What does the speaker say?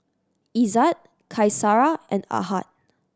Izzat Qaisara and Ahad